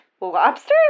Lobster